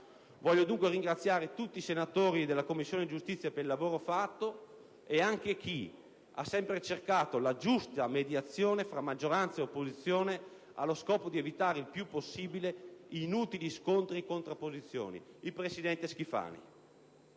Voglio dunque ringraziare tutti i Senatori della Commissione giustizia per il lavoro fatto e anche chi ha sempre cercato la giusta mediazione fra maggioranza e opposizione allo scopo di evitare il più possibile inutili scontri e contrapposizioni: il presidente Schifani.